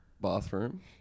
bathroom